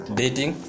dating